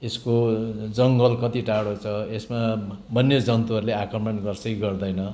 यसको जङ्गल कति टाढो छ यसमा वन्य जन्तुहरूले आक्रमण गर्छ कि गर्दैन